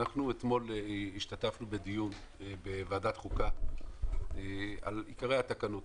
השתתפנו אתמול בדיון בוועדת חוקה על עיקרי התקנות.